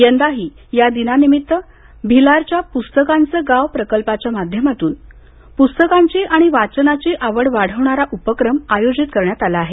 यंदाही या दिनानिमित्त भिलारच्या पुस्तकांचं गाव प्रकल्पाच्या माध्यामातून पुस्तकांची आणि वाचनाची आवड वाढवणारा उपक्रम आयोजित करण्यात आला आहे